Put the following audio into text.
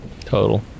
Total